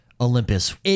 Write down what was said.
Olympus